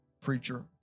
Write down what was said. preacher